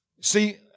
See